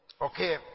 Okay